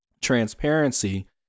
transparency